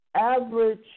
average –